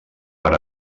per